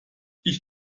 ich